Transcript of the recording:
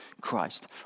Christ